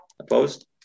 opposed